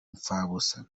impfabusa